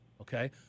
Okay